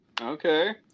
Okay